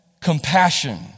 compassion